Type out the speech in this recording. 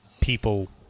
people